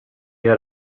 had